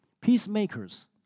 peacemakers